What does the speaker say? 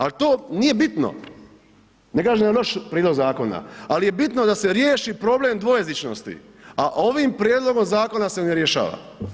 Ali to nije bitno, ne kažem da je loš prijedlog zakona, ali je bitno da se riješi problem dvojezičnosti a ovim prijedlogom zakona se ne rješava.